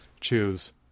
choose